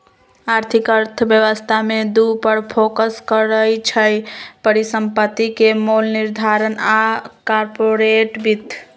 आर्थिक अर्थशास्त्र में दू पर फोकस करइ छै, परिसंपत्ति के मोल निर्धारण आऽ कारपोरेट वित्त